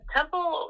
Temple